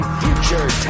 future